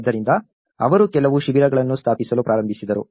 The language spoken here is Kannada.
ಆದ್ದರಿಂದ ಅವರು ಕೆಲವು ಶಿಬಿರಗಳನ್ನು ಸ್ಥಾಪಿಸಲು ಪ್ರಾರಂಭಿಸಿದರು